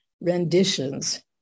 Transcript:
renditions